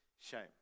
Shame